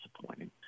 disappointing